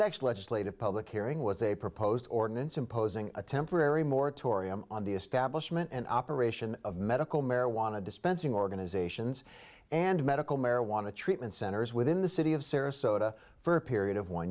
next legislative public hearing was a proposed ordinance imposing a temporary moratorium on the establishment and operation of medical marijuana dispensing organizations and medical marijuana treatment centers within the city of sarasota for a period of one